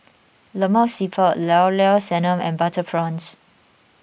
Lemak Siput Llao Llao Sanum and Butter Prawns